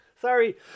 Sorry